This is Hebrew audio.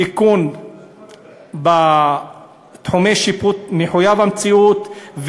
תיקון בתחומי שיפוט מחויב המציאות.